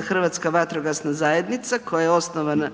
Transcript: Hrvatska vatrogasna zajednica koja je osnovana,